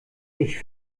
ich